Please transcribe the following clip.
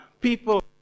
people